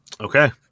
Okay